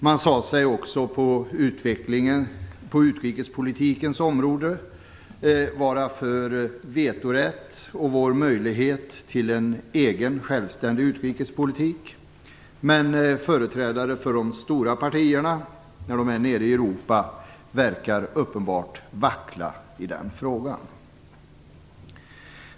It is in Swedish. Man sade sig också på utrikespolitikens område vara för vetorätt och vår möjlighet till en egen självständig utrikespolitik. Men företrädare för de stora partierna verkar uppenbart vackla i den frågan när de är nere i Europa.